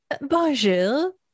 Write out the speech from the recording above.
bonjour